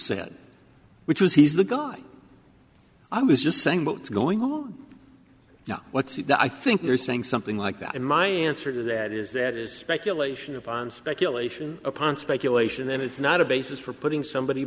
said which was he's the guy i was just saying what's going on you know what i think they're saying something like that and my answer to that is that is speculation upon speculation upon speculation and it's not a basis for putting somebody